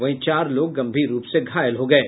वहीं चार लोग गंभीर रूप से घायल हो गये